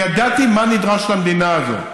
אני ידעתי מה נדרש למדינה הזאת: